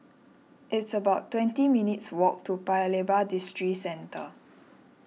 it's about twenty minutes' walk to Paya Lebar Districentre